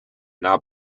now